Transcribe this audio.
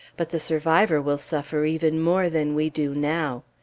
but the survivor will suffer even more than we do now.